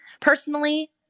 personally